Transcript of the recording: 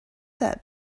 that